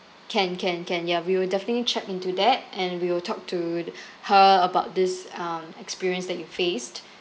can can can ya we will definitely check into that and we will talk to her about this um experience that you faced